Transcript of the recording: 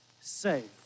save